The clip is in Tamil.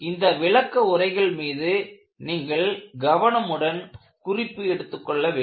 இந்த விளக்க உரைகள் மீது நீங்கள் கவனமுடன் குறிப்பு எடுத்துக் கொள்ள வேண்டும்